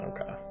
Okay